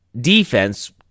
defense